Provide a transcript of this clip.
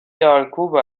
دارکوب